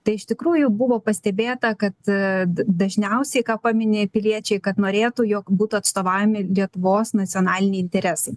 tai iš tikrųjų buvo pastebėta kad dažniausiai ką paminėjo piliečiai kad norėtų jog būtų atstovaujami lietuvos nacionaliniai interesai